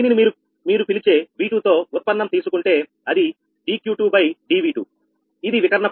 దీనిని మీరు మీరు పిలిచే V2 తో ఉత్పన్నం తీసుకుంటే ఇది dQ2dV2 ఇది వికర్ణ పదం